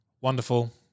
wonderful